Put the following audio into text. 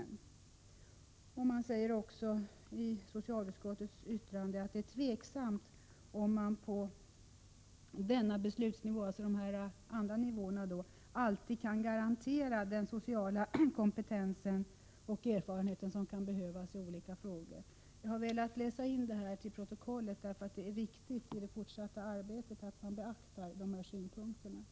Socialutskottet säger dessutom i sitt yttrande att det är tveksamt om man på dessa andra beslutsnivåer — dvs. de lägre nivåerna — alltid kan garantera den sociala kompetens och erfarenhet som kan behövas i olika frågor. Jag har velat läsa in detta till protokollet därför att det är viktigt för det fortsatta arbetet att dessa synpunkter beaktas.